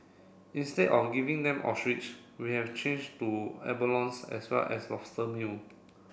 instead of giving them ostrich we have changed to abalones as well as lobster meal